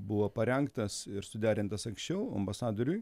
buvo parengtas ir suderintas anksčiau ambasadoriui